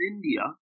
India